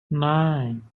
nine